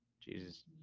Jesus